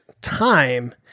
time